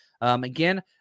Again